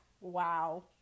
Wow